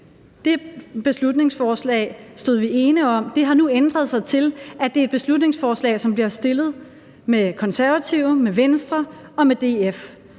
Det beslutningsforslag stod vi ene om. Det har nu ændret sig til, at det er et beslutningsforslag, som bliver fremsat med Konservative, med Venstre og med